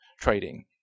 trading